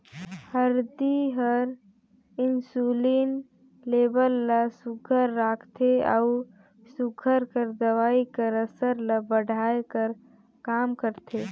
हरदी हर इंसुलिन लेबल ल सुग्घर राखथे अउ सूगर कर दवई कर असर ल बढ़ाए कर काम करथे